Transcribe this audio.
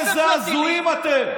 תראו איזה הזויים אתם.